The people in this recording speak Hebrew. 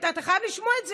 אתה חייב לשמוע את זה,